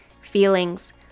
feelings